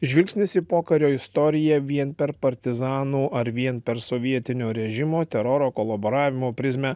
žvilgsnis į pokario istoriją vien per partizanų ar vien per sovietinio režimo teroro kolaboravimo prizmę